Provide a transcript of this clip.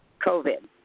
COVID